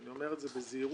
אני אומר זאת בזהירות,